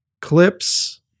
clips